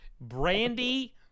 brandy